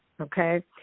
okay